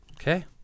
Okay